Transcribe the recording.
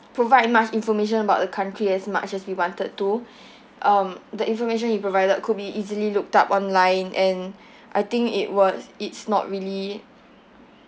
provide much information about the country as much as we wanted to um the information he provided could be easily looked up online and I think it was it's not really